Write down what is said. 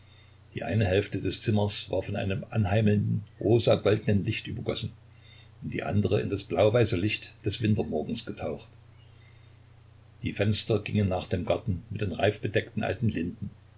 die eine hälfte des zimmers war von einem anheimelnden rosa goldenen licht übergossen und die andere in das blauweiße licht des wintermorgens getaucht die fenster gingen nach dem garten mit den reifbedeckten alten linden